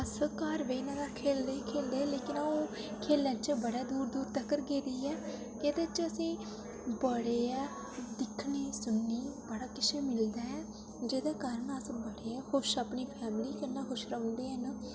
अस घर बेहियै खेढदे खेढदे लेकिन अ'ऊं खेढें च बड़े दूर दूर तक्क गेदी ऐं एह्दे च असेंगी बड़े गै दिक्खने सुनने गी बड़ा किश मिलदा ऐ जेह्दे कारण अस बड़े गै खुश अपनी फैमिली कन्नै खुश रौंह्ने आं